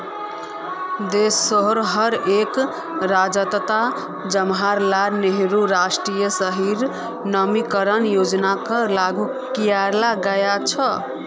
देशोंर हर एक राज्यअत जवाहरलाल नेहरू राष्ट्रीय शहरी नवीकरण योजनाक लागू कियाल गया छ